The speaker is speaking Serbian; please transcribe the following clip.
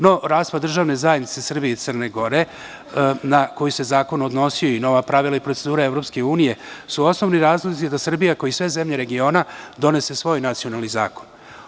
No, raspad državne zajednice Srbije i Crne Gore, na koji se zakon odnosio i nova pravila i procedure EU, je osnovni razlog da Srbija, kao i sve zemlje regiona, donese svoj nacionalni zakon.